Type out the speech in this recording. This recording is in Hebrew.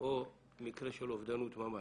או מקרה של אובדנות ממש.